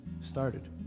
started